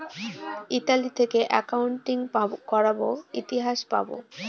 Italy থেকে accounting করাবো ইতিহাস পাবো